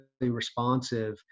responsive